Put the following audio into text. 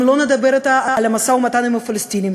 אם לא נדבר אתה על המשא-ומתן עם הפלסטינים,